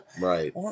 Right